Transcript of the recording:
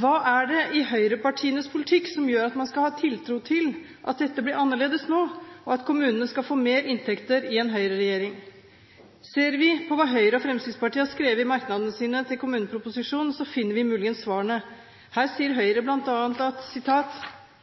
Hva er det i høyrepartienes politikk som gjør at man skal ha tiltro til at dette blir annerledes nå, og at kommunene skal få mer inntekter i en høyreregjering? Ser vi på hva Høyre og Fremskrittspartiet har skrevet i merknadene sine til kommuneproposisjonen, finner vi muligens svarene. Her sier Høyre